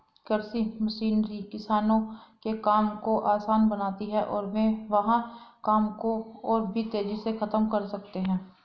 कृषि मशीनरी किसानों के काम को आसान बनाती है और वे वहां काम को और भी तेजी से खत्म कर सकते हैं